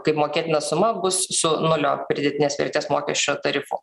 kaip mokėtina suma bus su nulio pridėtinės vertės mokesčio tarifu